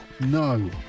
No